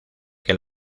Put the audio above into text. que